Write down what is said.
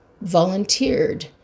volunteered